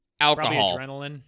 Alcohol